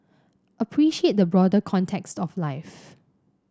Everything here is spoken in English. appreciate the broader context of life